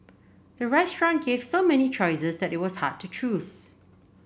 the restaurant gave so many choices that it was hard to choose